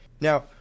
Now